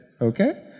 okay